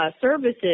services